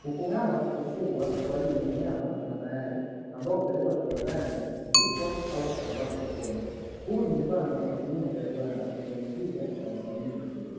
Kuku hawa hufugwa kwaajili ya nyama na mayai ambayo hupelekwa kiwandani na kusindikwa au kusambazwa sokoni. Huu ni mfano wa kilimo cha kiwanda chenye tija, na usimamizi mzuri.